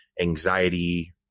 anxiety